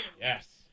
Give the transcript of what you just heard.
Yes